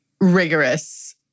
rigorous